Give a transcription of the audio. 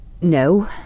no